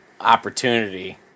opportunity